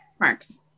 marks